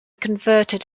converted